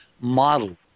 model